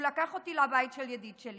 הוא לקח אותי לבית של ידיד שלי